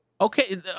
Okay